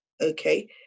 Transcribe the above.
okay